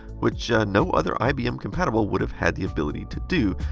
which no other ibm compatible would have had the ability to do,